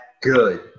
good